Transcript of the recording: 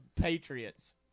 Patriots